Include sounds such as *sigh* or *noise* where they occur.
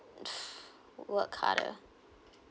*noise* work harder